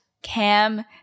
Cam